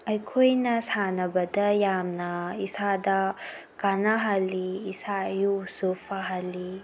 ꯑꯩꯈꯣꯏꯅ ꯁꯥꯟꯅꯕꯗ ꯌꯥꯝꯅ ꯏꯁꯥꯗ ꯀꯥꯟꯅ ꯍꯜꯂꯤꯏꯁꯥ ꯏꯎꯁꯨ ꯐꯍꯜꯂꯤ